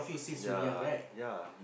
ya ya is